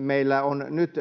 meillä on nyt